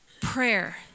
prayer